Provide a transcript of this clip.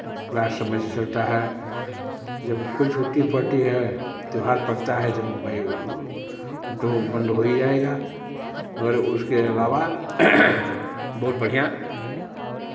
class समय से चलता है जब कोई छुट्टी पड़ती है त्योहार पड़ता है तो भाई वो तो बंद हो ही जाएगा मगर उसके अलावा बहुत बढ़ियाँ